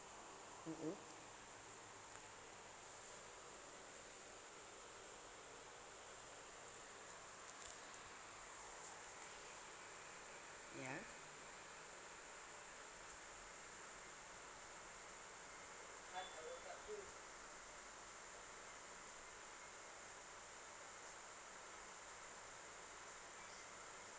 mmhmm ya